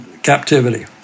captivity